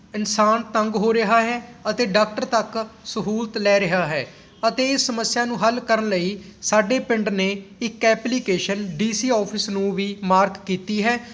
ਇਨਸਾਨ ਤੰਗ ਹੋ ਰਿਹਾ ਹੈ ਅਤੇ ਡਾਕਟਰ ਤੱਕ ਸਹੂਲਤ ਲੈ ਰਿਹਾ ਹੈ ਅਤੇ ਇਸ ਸਮੱਸਿਆ ਨੂੰ ਹੱਲ ਕਰਨ ਲਈ ਸਾਡੇ ਪਿੰਡ ਨੇ ਇੱਕ ਐਪਲੀਕੇਸ਼ਨ ਡੀ ਸੀ ਅੋੋਫਿਸ ਨੂੰ ਵੀ ਮਾਰਕ ਕੀਤੀ ਹੈ